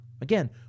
Again